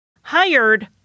hired